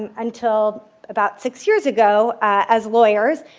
um until about six years ago, as lawyers,